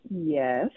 Yes